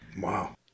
Wow